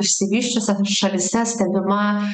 išsivysčiusiose šalyse stebima